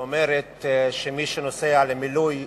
שאומרת שמי שנוסע למילוי